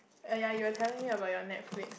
err ya you are telling me about your Netflix